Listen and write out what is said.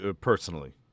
Personally